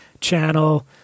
channel